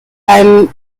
beim